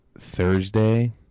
Thursday